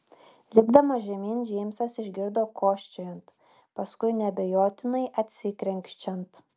lipdamas žemyn džeimsas išgirdo kosčiojant paskui neabejotinai atsikrenkščiant